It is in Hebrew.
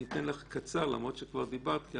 די.